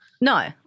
No